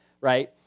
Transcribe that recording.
right